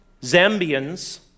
Zambians